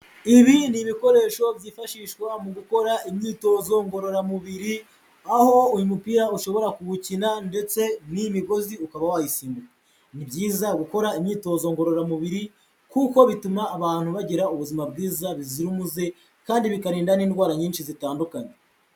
Ibi ni ibikoresho byifashishwa mu gukora imyitozo ngororamubiri aho uyu mupira ushobora kuwukina ndetse n'iy'imigozi ukaba wayisimbu, ni byiza gukora imyitozo ngororamubiri kuko bituma abantu bagira ubuzima bwiza buzira umuze kandi bikarinda n'indwara nyinshi zitandukanye.